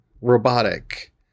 robotic